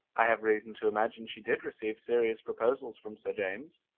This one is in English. i have reason to imagine she did receive serious proposals from sir james,